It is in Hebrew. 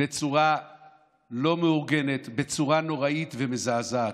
בצורה לא מאורגנת, בצורה נוראית ומזעזעת.